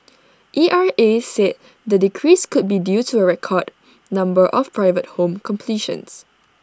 E R A said the decrease could be due to A record number of private home completions